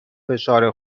فشار